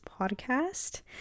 podcast